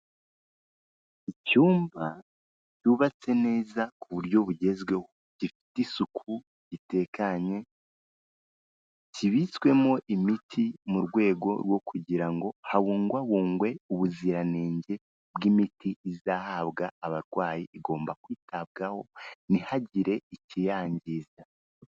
Icyumba yubatse neza ku buryo bugezweho gifite isuku itekanye kibitswemo imiti mu rwego rwo kugira ngo habungwabungwe ubuziranenge bw'imiti izahabwa abarwayi igomba kwitabwaho ntihagire ikiyangiza.